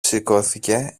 σηκώθηκε